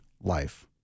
life